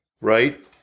right